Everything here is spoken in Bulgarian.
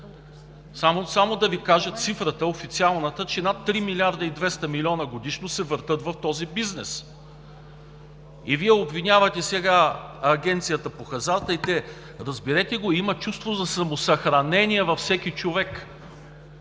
Само да Ви кажа официалната цифра, че над 3 млрд. 200 млн. лв. годишно се въртят в този бизнес! И Вие обвинявате сега Агенцията по хазарта?! Разберете го, има чувство за самосъхранение във всеки човек.